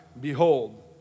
behold